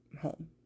home